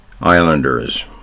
islanders